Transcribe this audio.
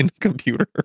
computer